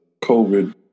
COVID